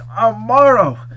tomorrow